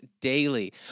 daily